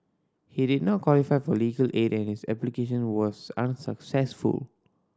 he did not qualify for legal aid and his application was unsuccessful